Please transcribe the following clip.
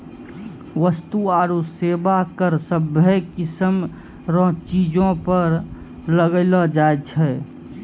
वस्तु आरू सेवा कर सभ्भे किसीम रो चीजो पर लगैलो जाय छै